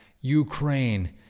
Ukraine